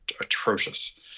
atrocious